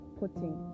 putting